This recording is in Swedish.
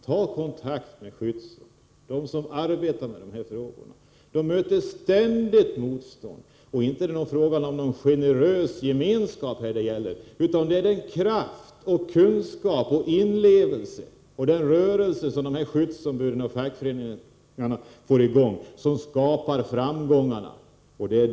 Tala med skyddsombuden, de som arbetar med dessa frågor. De möter ständigt motstånd. Inte är det fråga om någon generös gemenskap. Det är kraften, kunskapen och inlevelsen hos skyddsombuden och fackföreningarna som skapar framgångarna.